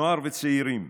נוער וצעירים,